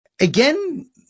Again